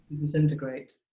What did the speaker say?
Disintegrate